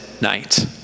night